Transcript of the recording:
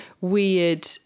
weird